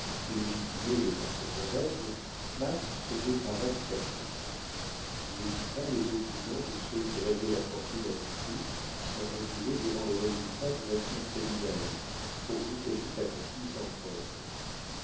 légitimaient les pensées mauvaises max se déprava tout à fait il écouta les opinions de ceux qui rêvaient la fortune à tout prix sans reculer devant les résultats d'une action criminelle pourvu qu'elle fût accomplie sans preuves